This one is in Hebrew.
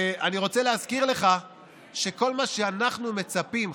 אני רוצה להזכיר לך שכל מה שאנחנו מצפים,